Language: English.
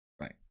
Right